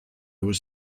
was